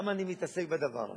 למה אני מתעסק בדבר הזה.